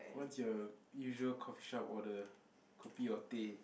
what's your usual coffee shop order kopi or teh